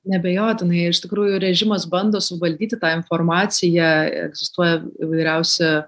neabejotinai iš tikrųjų režimas bando suvaldyti tą informaciją egzistuoja įvairiausi